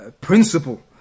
Principle